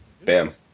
Bam